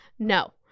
no